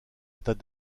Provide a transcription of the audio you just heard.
états